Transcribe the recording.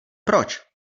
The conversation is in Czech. proč